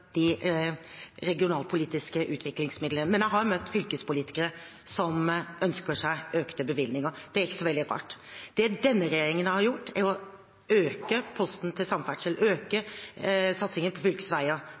de regionalpolitiske utviklingsmidlene. Men jeg har møtt fylkespolitikere som ønsker seg økte bevilgninger, og det er ikke så veldig rart. Det denne regjeringen har gjort, er å øke posten til samferdsel, øke satsingen på fylkesveier.